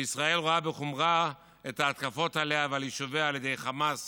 שישראל רואה בחומרה את ההתקפות עליה ועל יישוביה על ידי חמאס